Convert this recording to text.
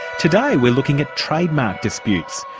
today we're looking at trademark disputes.